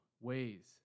ways